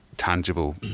tangible